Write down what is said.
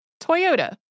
Toyota